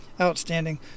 Outstanding